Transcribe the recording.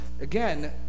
again